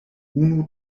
unu